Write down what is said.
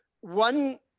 one